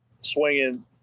swinging